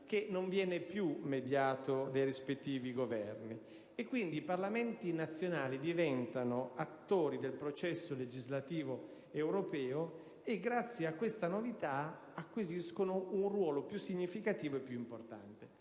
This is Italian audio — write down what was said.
che non viene più mediato dai rispettivi Governi. Quindi, i Parlamenti nazionali diventano attori del processo legislativo europeo e, grazie a questa novità, acquisiscono un ruolo più significativo e importante.